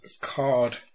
Card